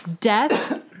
Death